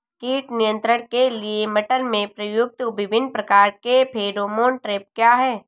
कीट नियंत्रण के लिए मटर में प्रयुक्त विभिन्न प्रकार के फेरोमोन ट्रैप क्या है?